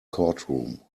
courtroom